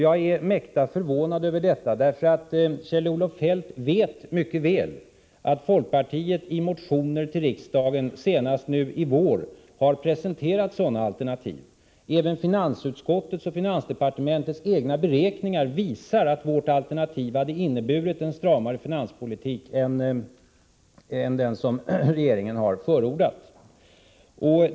Jag är mäkta förvånad över detta, för Kjell-Olof Feldt vet mycket väl att folkpartiet i motioner till riksdagen senast nu i vår har presenterat sådana alternativ. Även finansutskottets och finansdepartementets egna beräkningar visar att vårt alternativ hade inneburit en stramare finanspolitik än den som regeringen har förordat.